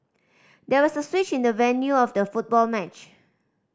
there was a switch in the venue of the football match